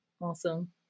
awesome